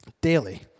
daily